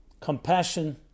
compassion